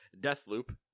Deathloop